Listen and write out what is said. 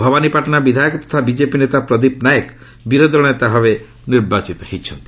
ଭବାନୀପାଟଣା ବିଧାୟକ ତଥା ବିଜେପି ନେତା ପ୍ରଦୀପ୍ତ ନାୟକ ବିରୋଧୀଦଳ ନେତା ଭାବେ ନିର୍ବାଚିତ ହୋଇଛନ୍ତି